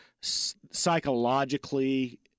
psychologically